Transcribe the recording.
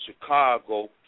Chicago